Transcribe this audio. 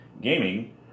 Gaming